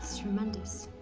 tremendous.